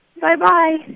Bye-bye